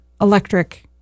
electric